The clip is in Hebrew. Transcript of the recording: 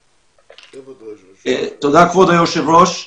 תודה כבוד היו"ר.